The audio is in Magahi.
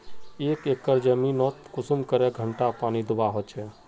एक एकर जमीन नोत कुंसम करे घंटा पानी दुबा होचए?